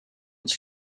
its